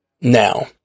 Now